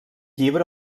llibre